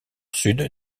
sud